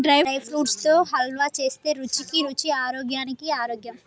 dry fruits తో హల్వా చేస్తే రుచికి రుచి ఆరోగ్యానికి ఆరోగ్యం